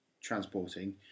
transporting